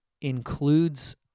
includes